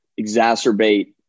exacerbate